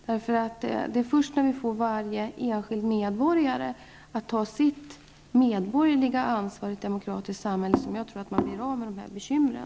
Det är först när vi får varje enskild medborgare att ta sitt medborgerliga ansvar i ett demokratiskt samhälle som vi blir av med de här bekymren.